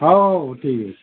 ହଉ ଠିକ୍ ଅଛି